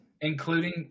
Including